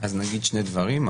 אז נגיד שני דברים.